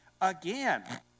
Again